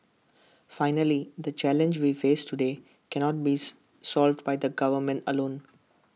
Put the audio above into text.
finally the challenges we face today cannot be solved by the government alone